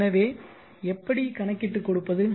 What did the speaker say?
எனவே எப்படி கணக்கிட்டு கொடுப்பது